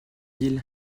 ils